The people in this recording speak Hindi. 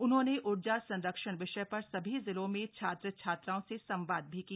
उन्होंने ऊर्जा संरक्षण विषय पर सभी जिलों में छात्र छात्राओं से संवाद भी किया